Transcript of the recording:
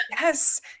Yes